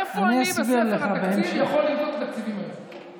איפה אני יכול למצוא את התקציבים היום בספר התקציב?